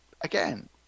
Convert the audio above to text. again